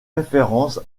référence